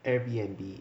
Airbnb